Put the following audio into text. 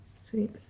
Sweet